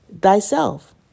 thyself